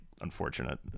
unfortunate